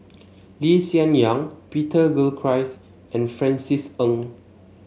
Lee Hsien Yang Peter Gilchrist and Francis Ng